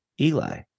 Eli